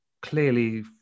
clearly